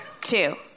two